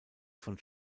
von